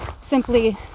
simply